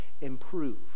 improve